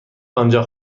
آنجا